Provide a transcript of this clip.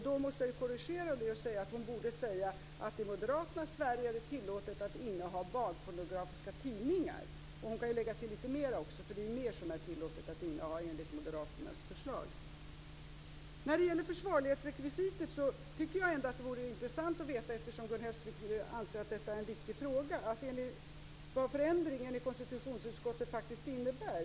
Då måste jag korrigera mig och säga att Anita Johansson borde säga att det i moderaternas Sverige är tillåtet att inneha barnpornografiska tidningar. Hon kan lägga till litet mer, för det är mer som är tillåtet att inneha enligt moderaternas förslag. Eftersom Gun Hellsvik anser att frågan om försvarlighetsrekvisitet är viktig tycker jag att det vore intressant att veta vad den förändring konstitutionsutskottet gjort faktiskt innebär.